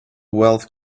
wealth